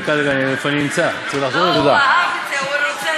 (הישיבה נפסקה